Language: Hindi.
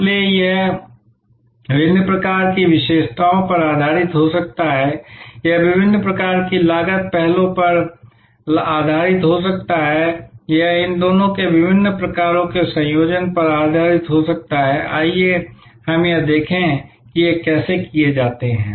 इसलिए यह विभिन्न प्रकार की विशेषताओं पर आधारित हो सकता है यह विभिन्न प्रकार की लागत पहलों पर आधारित हो सकता है यह इन दोनों के विभिन्न प्रकारों के संयोजन पर आधारित हो सकता है आइए हम यह देखें कि ये कैसे किए जाते हैं